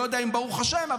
אני לא יודע אם ברוך השם,